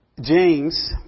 James